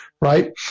right